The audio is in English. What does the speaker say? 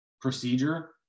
procedure